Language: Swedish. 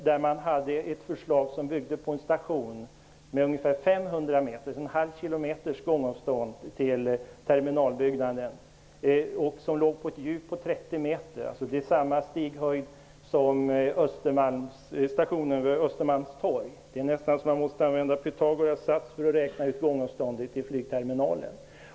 Det fanns då ett förslag till en station med ungefär 500 m, en halv kilometer, i gångavstånd till terminalbyggnaden, och stationen låg på ett djup på 30 m, dvs. med samma stighöjd som tunnelbanestationen vid Östermalmstorg har -- det är nästan så att man måste använda Pythagoras sats för att räkna ut gångavståndet till flygterminalen.